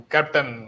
Captain